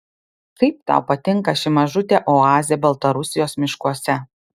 kaip tau patinka ši mažutė oazė baltarusijos miškuose